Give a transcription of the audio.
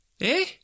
Eh